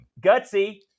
Gutsy